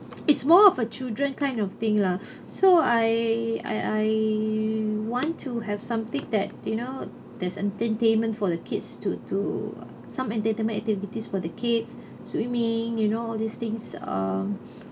it's more of a children kind of thing lah so I I I want to have something that you know there's entertainment for the kids to to some entertainment activities for the kids swimming you know all these things uh